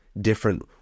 different